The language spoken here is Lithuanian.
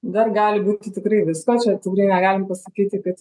dar gali būti tikrai visko čia tikrai negalim pasakyti kad